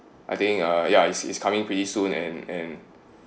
I think uh ya is is coming pretty soon and and